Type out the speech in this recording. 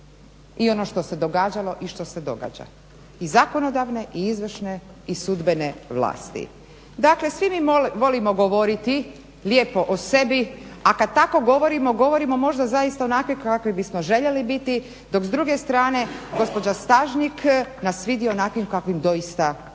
i ono što se događalo i ono što se događa i zakonodavne i izvršne i sudbene vlasti. Dakle, svi mi volimo govoriti lijepo o sebi, a kad tako govorimo, govorimo možda zaista onakvi kakvi bismo željeli biti dok s druge strane gospođa Stažnik nas vidi onakvim kakvim doista jesmo.